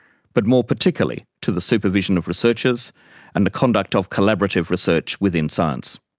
but more particularly to the supervision of researchers and the conduct of collaborative research within science.